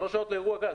שלוש שעות לאירוע גז,